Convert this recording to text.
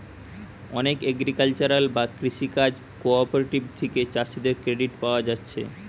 অনেক এগ্রিকালচারাল বা কৃষি কাজ কঅপারেটিভ থিকে চাষীদের ক্রেডিট পায়া যাচ্ছে